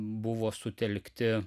buvo sutelkti